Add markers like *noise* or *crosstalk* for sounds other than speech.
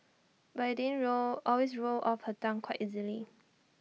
but IT didn't *hesitation* always roll off her tongue quite so easily